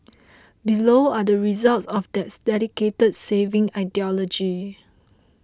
below are the results of that dedicated saving ideology